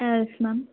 yes ma'am